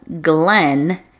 Glenn